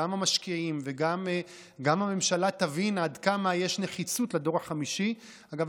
גם המשקיעים וגם הממשלה יבינו עד כמה יש נחיצות לדור 5. אגב,